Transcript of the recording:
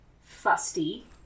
fusty